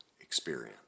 experience